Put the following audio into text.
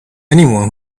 anyone